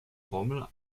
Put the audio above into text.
formel